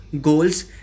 goals